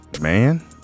man